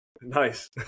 Nice